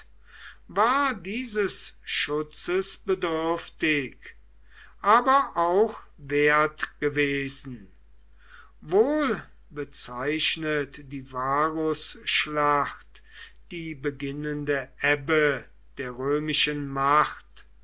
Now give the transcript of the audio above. war dieses schutzes bedürftig aber auch wert gewesen wohl bezeichnet die varusschlacht die beginnende ebbe der römischen macht